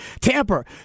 tamper